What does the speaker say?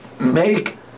make